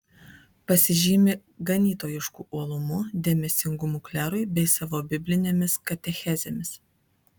pasižymi ganytojišku uolumu dėmesingumu klerui bei savo biblinėmis katechezėmis